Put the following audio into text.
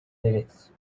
lyrics